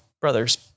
Brothers